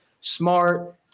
Smart